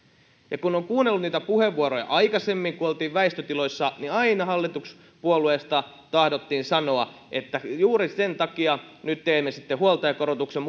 kun on kuunnellut niitä puheenvuoroja aikaisemmin kun oltiin väistötiloissa niin aina hallituspuolueista tahdottiin sanoa että juuri sen takia nyt teemme sitten huoltajakorotuksen